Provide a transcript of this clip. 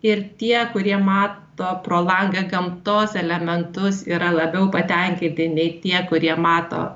ir tie kurie mato pro langą gamtos elementus yra labiau patenkinti nei tie kurie mato